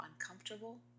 uncomfortable